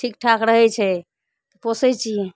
ठीकठाक रहै छै तऽ पोसै छियै